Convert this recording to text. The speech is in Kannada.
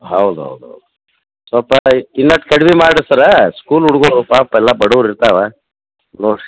ಹೌದು ಹೌದು ಹೌದು ಸ್ವಲ್ಪ ಇನ್ನ ಕಡ್ಮಿ ಮಾಡ್ರಿ ಸರ ಸ್ಕೂಲ್ ಹುಡುಗರು ಅವ್ರು ಪಾಪ ಎಲ್ಲ ಬಡವ್ರು ಇರ್ತಾವ ನೋಡ್ರಿ